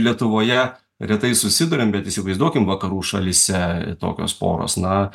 lietuvoje retai susiduriam bet įsivaizduokim vakarų šalyse tokios poros na